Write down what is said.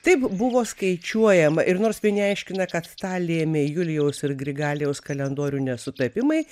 taip buvo skaičiuojama ir nors vieni aiškina kad tą lėmė julijaus ir grigaliaus kalendorių nesutapimai